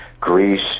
Greece